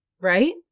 Right